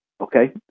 Okay